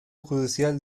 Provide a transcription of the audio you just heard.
judicial